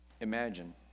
Imagine